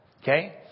Okay